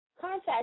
contact